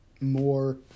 more